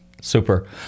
Super